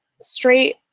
straight